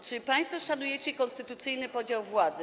Czy państwo szanujecie konstytucyjny podział władzy?